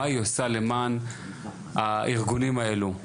מה היא עושה למען הארגונים האלו,